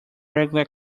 regular